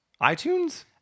iTunes